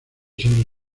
sobre